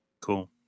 Cool